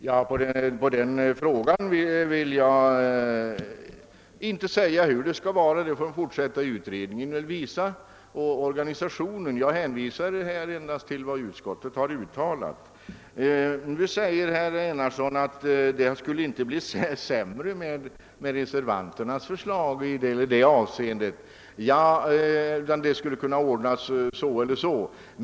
Herr talman! På herr Enarssons fråga vill jag inte ge något bestämt svar. Den fortsatta utredningen får visa hur det skall ordnas. Beträffande organisationen hänvisar jag endast till vad utskottet har uttalat. Herr Enarsson påstår att i det eller det avseendet skulle reservanternas förslag inte innebära någon försämring, utan det skulle kunna ordnas så eller så.